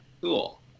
cool